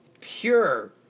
pure